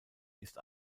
ist